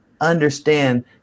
understand